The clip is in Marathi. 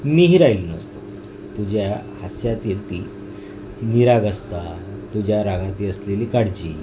मी ही राहिलो नसतो तुझ्या हास्यातील ती निरागसता तुझ्या रागातली असलेली काळजी